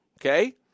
Okay